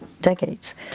decades